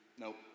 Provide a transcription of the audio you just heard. Nope